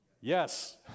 Yes